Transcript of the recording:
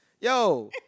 Yo